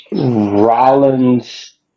Rollins